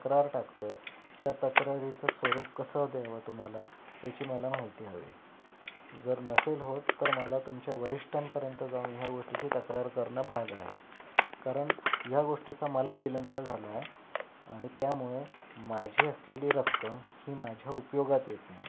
तक्रार टाकतोय त्या तक्रारीचं स्वरूप कसं द्यावं तुम्हाला याची मला माहिती हवे जर नसेल होत तर मला तुमच्या वरिष्ठांपर्यंत जाऊन ह्या गोष्टीची तक्रार करणं भाग आहे कारण ह्या गोष्टीचा मला विलंब झाला आहे आणि त्यामुळे माझी असलेली रक्कम ही माझ्या उपयोगात येत नाही आहे